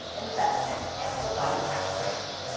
investment and provide tax breaks.